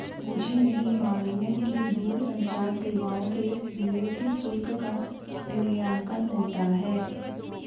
मुझे नहीं मालूम कि दूरसंचार सेवाओं के लिए किस शुल्क का मूल्यांकन होता है?